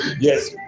yes